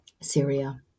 Syria